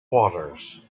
waters